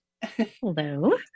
Hello